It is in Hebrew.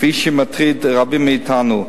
כפי שהוא מטריד רבים מאתנו.